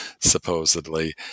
supposedly